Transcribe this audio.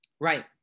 Right